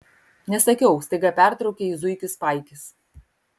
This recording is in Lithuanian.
nesakiau staiga pertraukė jį zuikis paikis